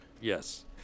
Yes